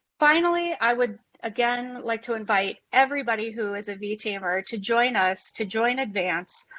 finally i would again like to invite everybody who is a v-teamer to join us to join advance.